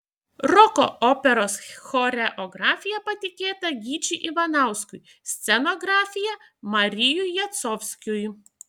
roko operos choreografija patikėta gyčiui ivanauskui scenografija marijui jacovskiui